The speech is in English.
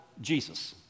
Jesus